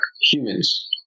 humans